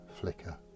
flicker